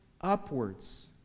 upwards